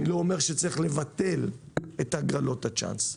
אני לא אומר שצריך לבטל את הגרלות הצ'אנס,